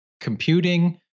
computing